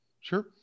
Sure